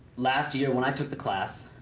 last year, when i took the class,